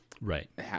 Right